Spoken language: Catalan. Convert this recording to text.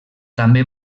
també